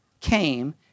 came